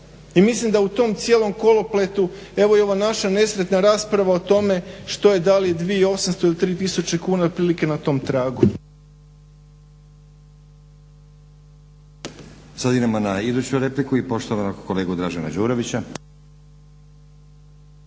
I mislim da u tom cijelom kolopletu evo i ova naša nesretna rasprava o tome što je da li 2800 ili 3000 ili otprilike na tom tragu. **Stazić, Nenad (SDP)** Sad idemo na iduću repliku i poštovanog kolegu Dražena Đurovića.